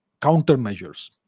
countermeasures